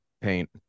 paint